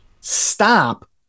stop